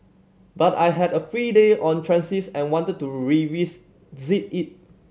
but I had a free day on transit and I wanted to revisit Z it